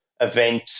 event